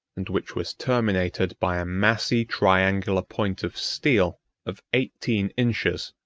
and which was terminated by a massy triangular point of steel of eighteen inches.